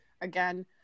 again